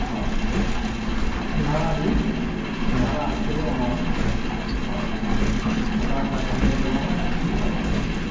हँ आओर सिङ्घारा भी सिङ्घारा सेहो अहाँ पचासटा कहने छलौहँ तीसटा कऽ दियौ